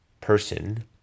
person